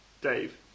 Dave